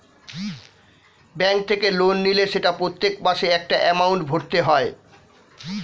bank থেকে loan নিলে সেটা প্রত্যেক মাসে একটা এমাউন্ট ভরতে হয়